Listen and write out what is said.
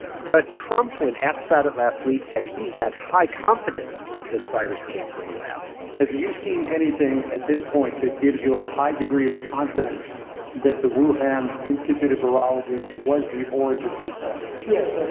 but trump, when asked about it last week, said he had high confidence that this virus came from a lab have you seen anything at this point that gives you a high degree of confidence that the wuhan institute of virology was the origin of this virus? yes, i